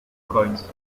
coins